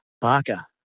Barker